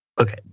Okay